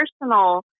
personal